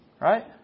Right